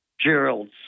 Gerald